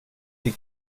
die